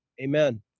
amen